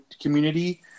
community